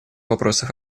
вопросов